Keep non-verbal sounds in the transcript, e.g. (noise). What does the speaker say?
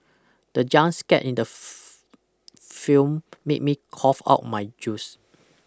the jump scared in the (noise) film made me cough out my juice